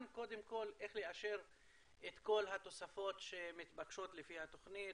קודם כל איך לאשר את כל התוספות שמתבקשות לפי התוכנית.